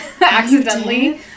accidentally